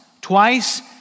twice